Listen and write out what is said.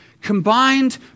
combined